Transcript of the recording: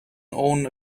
own